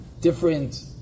different